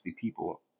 people